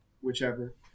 whichever